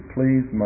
Please